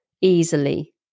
easily